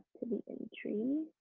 the entry,